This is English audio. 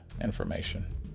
information